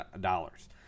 dollars